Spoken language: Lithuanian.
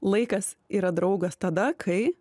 laikas yra draugas tada kai